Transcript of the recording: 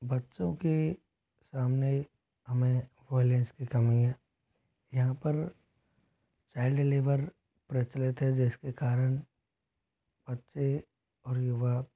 बच्चों के सामने हमें वाॅयलेंस की कमी हैं यहाँ पर चाइल्ड लेबर प्रचलित है जिसके कारण बच्चे और युवा